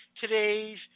today's